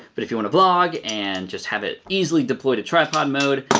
but if you wanna vlog and just have it easily deploy to tripod mode,